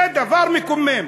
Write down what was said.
זה דבר מקומם.